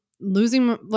losing